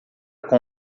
com